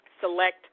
select